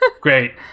Great